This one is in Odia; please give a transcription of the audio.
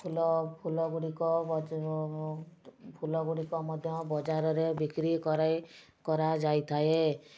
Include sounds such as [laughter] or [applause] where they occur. ଫୁଲ ଫୁଲଗୁଡ଼ିକ [unintelligible] ଫୁଲଗୁଡ଼ିକ ମଧ୍ୟ ବଜାରରେ ବିକ୍ରି କରାଇ କରାଯାଇଥାଏ